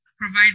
provide